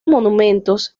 monumentos